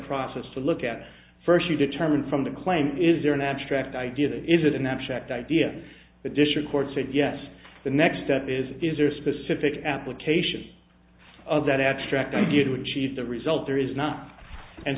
process to look at first you determine from the claim is there an abstract idea that is an abstract idea the district court said yes the next step is is there a specific application of that abstract idea to achieve the result there is not and